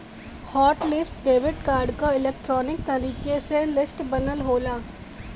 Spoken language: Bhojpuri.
हॉट लिस्ट डेबिट कार्ड क इलेक्ट्रॉनिक तरीके से लिस्ट बनल होला